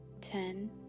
ten